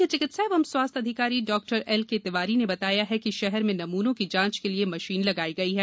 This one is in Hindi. मुख्य चिकित्सा एवं स्वास्थ्य अधिकारी डाक्टर एल के तिवारी ने बताया है कि शहर में नमूनों की जांच के लिए मशीन लगाई गई है